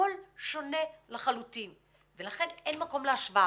הכול שונה לחלוטין ולכן אין מקום להשוואה.